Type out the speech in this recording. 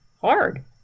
hard